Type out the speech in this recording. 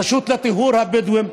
הרשות לטיהור הבדואים.